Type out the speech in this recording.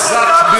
איזה חותם, ?